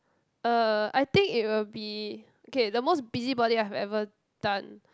uh I think it will be okay the most busy body I have ever done